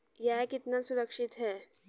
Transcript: यह कितना सुरक्षित है?